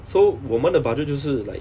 so 我们的 budget 就是 like